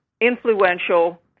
influential